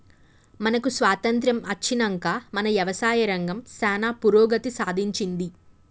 మనకు స్వాతంత్య్రం అచ్చినంక మన యవసాయ రంగం సానా పురోగతి సాధించింది